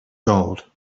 gold